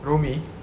rumi